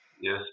Yes